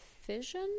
fission